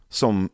som